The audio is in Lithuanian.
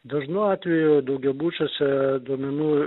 dažnu atveju daugiabučiuose duomenų